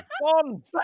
Bond